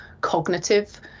cognitive